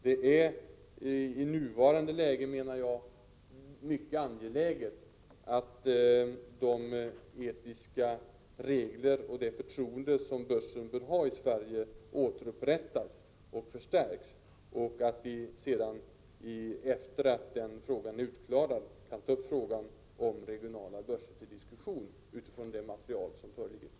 Det är i nuvarande läge, menar jag, mycket angeläget att de etiska regler och det förtroende som börsen bör åtnjuta i Sverige återupprättas och förstärks. Sedan denna fråga är utklarad kan vi ta upp frågan om regionala börser till diskussion utifrån det material som föreligger.